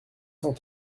cent